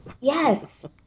Yes